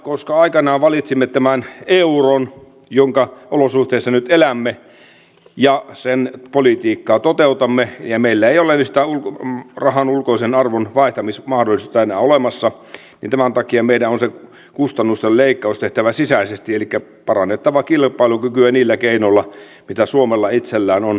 koska aikanaan valitsimme tämän euron jonka olosuhteissa nyt elämme ja jonka politiikkaa toteutamme ja meillä ei ole sitä rahan ulkoisen arvon vaihtamismahdollisuutta enää olemassa niin tämän takia meidän on se kustannusten leikkaus tehtävä sisäisesti elikkä parannettava kilpailukykyä niillä keinoilla mitä suomella itsellään on